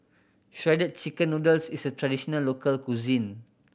Shredded Chicken Noodles is a traditional local cuisine